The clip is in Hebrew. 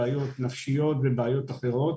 בעיות נפשיות ובעיות אחרות